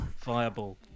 Fireball